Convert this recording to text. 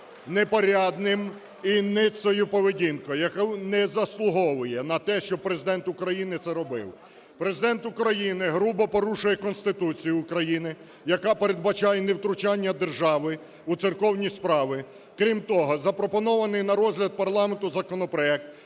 непорядним і ницою поведінкою, яка не заслуговує на те, щоб Президент України це робив. Президент України грубо порушує Конституцію України, яка передбачає невтручання держави у церковні справи. Крім того, запропонований на розгляд парламенту законопроект